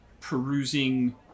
perusing